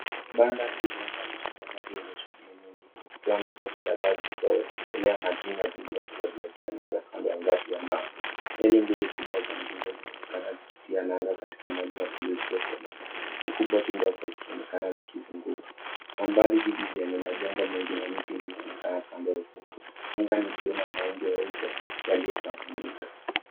Banda hili linaonesha bandari yenye shughuli mingi kukiwa na boti kadhaa zilizowekelewa majina zingine zikiwa zimetia nanga kando ya ngati ya mawe. Meli mbili kubwa za mzigo zinaonekana zikitia nanga katika maji ya buluu isiyokolea huki boti ndogo zikionekana zikizunguka. Kwa mbali jiji lenye majengo mengi na miti linaonekana kando ya ufuo. Anga ni buluu na mawingu meupe yaliyotawanyika.